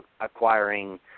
acquiring